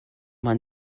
man